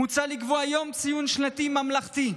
מוצע לקבוע יום ציון שנתי ממלכתי,